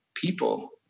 People